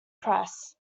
press